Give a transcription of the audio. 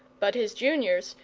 but his juniors,